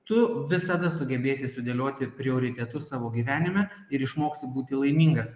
tu visada sugebėsi sudėlioti prioritetus savo gyvenime ir išmoksi būti laimingas